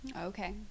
okay